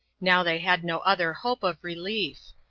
now they had no other hope of relief.